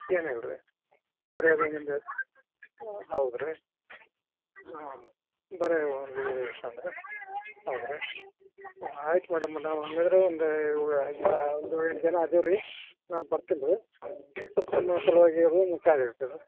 ಏನಿಲ್ರಿ ಬರಿ ರೂಮಿಂದು ಹೌದು ರೀ ಹಾಂ ಬರೀ ಅಂದರೆ ಹೌದು ರೀ ಆಯ್ತು ಮೇಡಮ್ ನಾವು ಹಂಗಿದ್ದರೆ ಒಂದು ಏಳೆಂಟು ಜನ ಅದೀವಿ ರೀ ನಾನು ಬರ್ತೀನಿ ರೀ ಸಲುವಾಗಿ ಅದು ಮಿಸ್ಸಾಗೈತೆ ಅದು